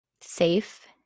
safe